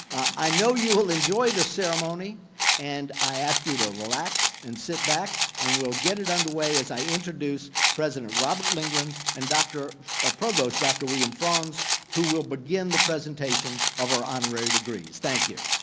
i know you will enjoy the ceremony and i ask you to relax and sit back and we'll get it under way as i introduce president robert lindgren and ah provost dr. william fronds who will begin the presentation of our honorary degrees. thank you.